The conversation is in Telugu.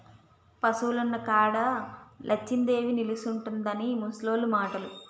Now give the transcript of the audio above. పశువులున్న కాడ లచ్చిందేవి నిలుసుంటుందని ముసలోళ్లు మాటలు